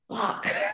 fuck